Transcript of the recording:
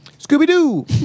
Scooby-Doo